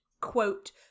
quote